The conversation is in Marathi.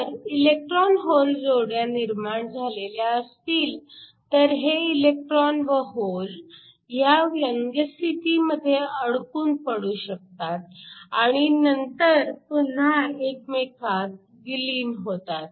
तर इलेक्ट्रॉन होल जोड्या निर्माण झालेल्या असतील तर हे इलेक्ट्रॉन व होल ह्या व्यंग स्थितीमध्ये अडकून पडू शकतात आणि नंतर पुन्हा एकमेकांत विलीन होतात